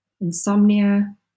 insomnia